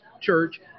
Church